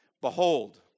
Behold